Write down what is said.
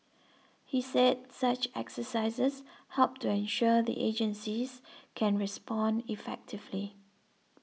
he said such exercises help to ensure the agencies can respond effectively